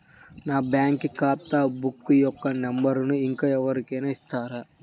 నా బ్యాంక్ ఖాతా బుక్ యొక్క నంబరును ఇంకా ఎవరి కైనా ఇస్తారా?